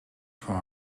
voor